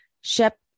Shep